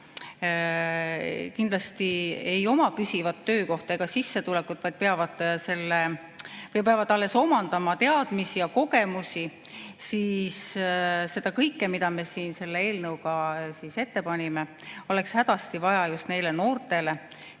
kindlasti ei ole püsivat töökohta ega sissetulekut, vaid kes peavad alles omandama teadmisi ja kogemusi. Seda kõike, mida me selle eelnõuga ette paneme, oleks hädasti vaja just neile noortele,